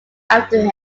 after